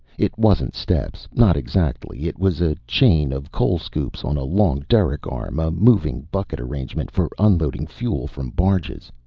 it wasn't steps, not exactly it was a chain of coal scoops on a long derrick arm, a moving bucket arrangement for unloading fuel from barges.